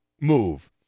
move